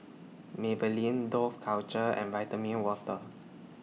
Maybelline Dough Culture and Vitamin Water